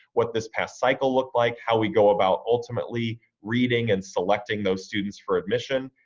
what this past cycle looked like, how we go about ultimately reading and selecting those students for admission,